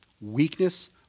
weakness